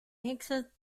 insect